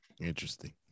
Interesting